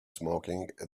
smoking